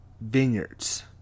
vineyards